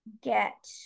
get